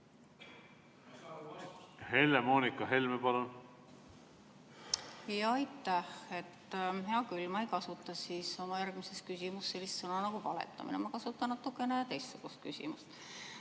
Helle-Moonika Helme, palun! Aitäh! Hea küll, ma ei kasuta siis oma järgmises küsimuses sellist sõna nagu "valetamine", ma kasutan natukene teistsugust küsimust.